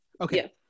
okay